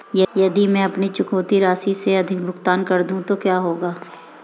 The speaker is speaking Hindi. यदि मैं अपनी चुकौती राशि से अधिक भुगतान कर दूं तो क्या होगा?